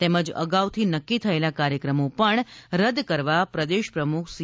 તેમજ અગાઉથી નક્કી થયેલા કાર્યક્રમો પણ રદ્દ કરવા પ્રદેશ પ્રમુખ સી